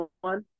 one